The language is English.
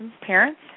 parents